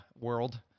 world